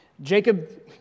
Jacob